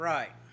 Right